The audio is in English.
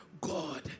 God